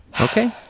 Okay